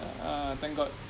ah thank god